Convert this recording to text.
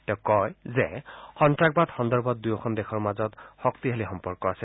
তেওঁ কয় যে সন্ত্ৰাসবাদ সন্দৰ্ভত দুয়োখন দেশৰ মাজত শক্তিশালী সম্পৰ্ক আছে